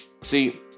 See